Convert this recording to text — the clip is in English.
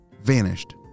vanished